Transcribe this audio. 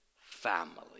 family